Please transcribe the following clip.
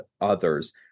others